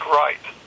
right